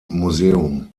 museum